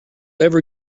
ever